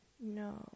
No